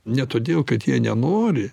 ne todėl kad jie nenori